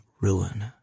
ruin